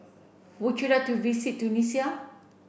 would you like to visit Tunisia